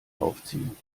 aufziehen